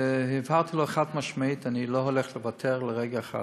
והבהרתי לו חד-משמעית: אני לא הולך לוותר לרגע אחד.